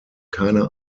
keine